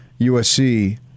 USC